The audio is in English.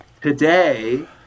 today